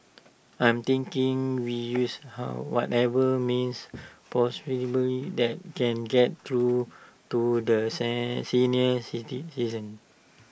I am thinking we use how whatever means that can get through to the sent senior city citizens